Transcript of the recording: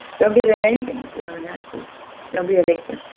don't give them anything if you don't have to. don't be a victim